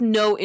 no